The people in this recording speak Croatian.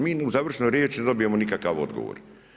Mi ni u završnoj riječi ne dobijemo nikakav odgovor.